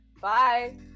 Bye